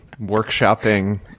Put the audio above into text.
workshopping